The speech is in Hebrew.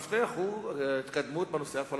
הוא התקדמות בנושא הפלסטיני.